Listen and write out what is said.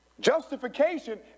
Justification